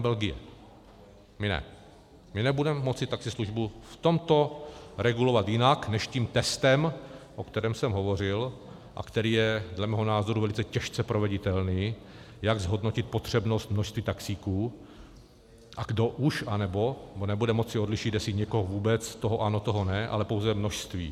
My nebudeme moci taxislužbu v tomto regulovat jinak než tím testem, o kterém jsem hovořil a který je dle mého názoru velice těžce proveditelný, jak zhodnotit potřebnost množství taxíků a kdo už, anebo, my nebudeme moct odlišit, jestli někoho vůbec, toho ano, toho ne, ale pouze množství.